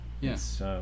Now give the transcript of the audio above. Yes